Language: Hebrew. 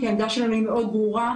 כי העמדה שלנו היא מאוד ברורה,